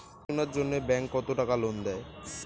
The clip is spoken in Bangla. পড়াশুনার জন্যে ব্যাংক কত টাকা লোন দেয়?